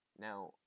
Now